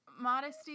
Modesty